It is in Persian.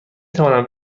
توانم